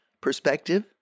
Perspective